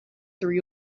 through